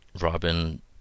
Robin